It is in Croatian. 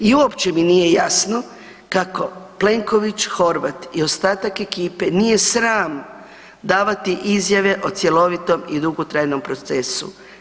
I uopće mi nije jasno kako Plenković, Horvat i ostatak ekipe nije sram davati izjave o cjelovitom i dugotrajnom procesu.